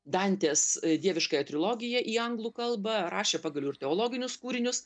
dantės dieviškąją trilogiją į anglų kalbą rašė pagaliau ir teologinius kūrinius